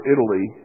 Italy